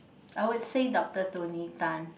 I would say doctor Tony Tan